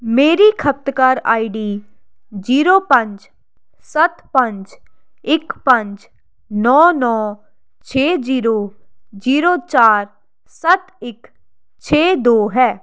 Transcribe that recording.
ਮੇਰੀ ਖਪਤਕਾਰ I D zero ਪੰਜ ਸੱਤ ਪੰਜ ਇੱਕ ਪੰਜ ਨੌ ਨੌ ਛੇ ਜੀਰੋ ਜੀਰੋ ਚਾਰ ਸੱਤ ਇੱਕ ਛੇ ਦੋ ਹੈ